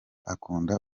akunda